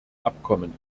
abkommen